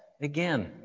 again